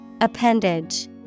Appendage